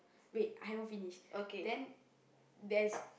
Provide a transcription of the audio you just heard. wait I haven't finish then there's